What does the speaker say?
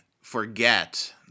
forget